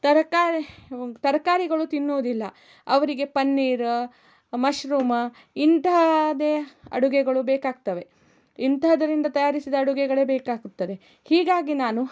ತರಕಾರಿ ತರಕಾರಿಗಳು ತಿನ್ನುವುದಿಲ್ಲ ಅವರಿಗೆ ಪನ್ನೀರ್ ಮಶ್ರೂಮ್ ಇಂತಹದೆ ಅಡುಗೆಗಳು ಬೇಕಾಗ್ತವೆ ಇಂತಹದರಿಂದ ತಯಾರಿಸಿದ ಅಡುಗೆಗಳೆ ಬೇಕಾಗುತ್ತದೆ ಹೀಗಾಗಿ ನಾನು